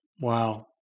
Wow